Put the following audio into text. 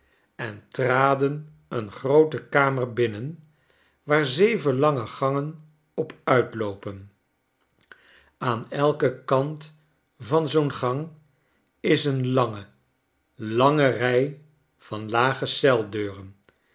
en traden een groote kamer binnen waar zeven lange gangen op uitloopen aan elken kant van zoo'n gang is een lange lange rij van lage